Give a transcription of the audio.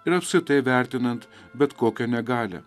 ir apskritai vertinant bet kokią negalią